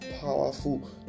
powerful